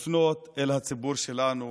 לפנות אל הציבור שלנו